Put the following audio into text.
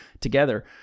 together